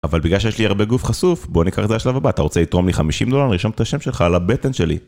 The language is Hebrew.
אבל בגלל שיש לי הרבה גוף חשוף, בוא ניקח את זה לשלב הבא. אתה רוצה לתרום לי 50 דולר ואני ארשום את השם שלך על הבטן שלי?